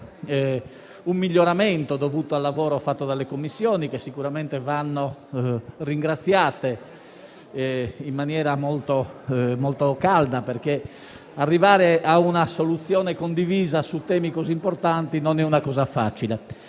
un miglioramento dovuto al lavoro fatto dalle Commissioni, che sicuramente vanno ringraziate in maniera molto sentita perché arrivare a una soluzione condivisa su temi così importanti non è cosa facile.